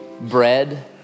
bread